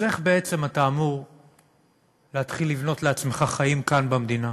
אז איך בעצם אתה אמור להתחיל לבנות לעצמך חיים כאן במדינה?